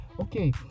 okay